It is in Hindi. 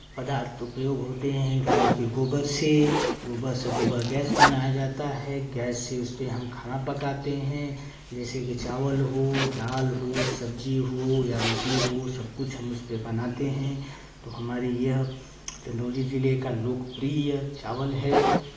पदार्थ उपयोग होते हैं गाय के गोबर से गोबर से गोबर गैस बनाया जाता है गैस से उसपे हम खाना पकाते हैं जैसेकि चावल हो दाल हो सब्जी हो या रोटी हो सबकुछ हम उसपे बनाते हैं तो हमारी यह चन्दौली जिले का लोकप्रिय चावल है